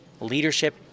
leadership